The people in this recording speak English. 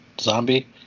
zombie